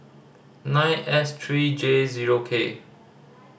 nine S three J zero K